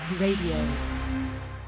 Radio